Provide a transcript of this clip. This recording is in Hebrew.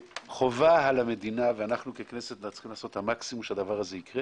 חובה על המדינה ואנחנו ככנסת צריכים לעשות את המקסימום שהדבר הזה יקרה